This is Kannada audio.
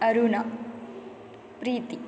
ಅರುಣ ಪ್ರೀತಿ